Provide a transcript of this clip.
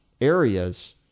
areas